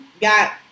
got